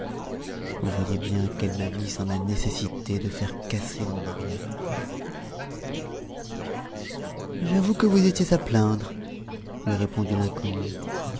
vous voyez bien qu'elle m'a mise dans la nécessité de faire casser mon mariage j'avoue que vous étiez à plaindre lui répondit l'inconnue